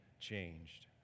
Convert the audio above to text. changed